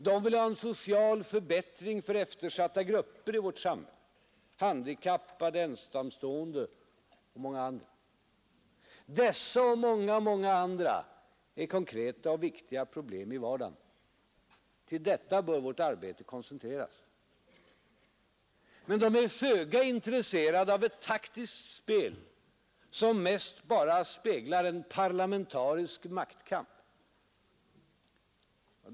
De vill ha en social förbättring för eftersatta grupper i vårt samhälle, handikappade, ensamstående och många andra. Det är konkreta och viktiga problem i vardagen. Till detta bör vårt arbete koncentreras. Men medborgarna är föga intresserade av ett taktiskt spel, som mest bara speglar en parlamentarisk maktkamp.